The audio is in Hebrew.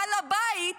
בעל הבית